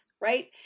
right